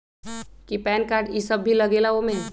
कि PAN card इ सब भी लगेगा वो में?